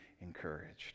encouraged